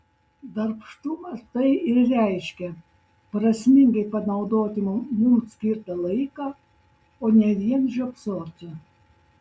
darbštumas tai ir reiškia prasmingai panaudoti mums skirtą laiką o ne vien žiopsoti